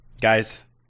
guys